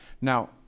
Now